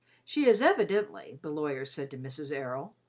she is evidently, the lawyer said to mrs. errol,